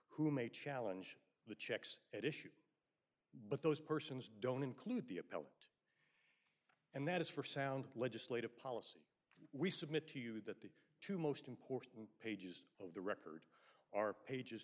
who may challenge the checks at issue but those persons don't include the appellant and that is for sound legislative policy we submit to you that the two most important pages of the record are pages